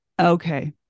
okay